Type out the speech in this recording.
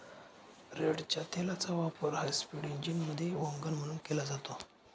रेडच्या तेलाचा वापर हायस्पीड इंजिनमध्ये वंगण म्हणून केला जातो